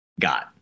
got